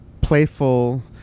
playful